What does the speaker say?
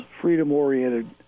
freedom-oriented